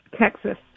Texas